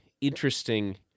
interesting